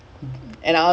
ya